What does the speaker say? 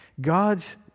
God's